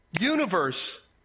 universe